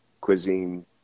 cuisine